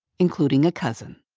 including a cousin.